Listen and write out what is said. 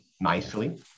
nicely